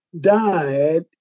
died